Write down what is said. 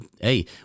hey